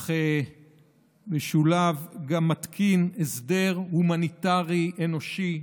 אך משולב: גם מתקין הסדר הומניטרי אנושי,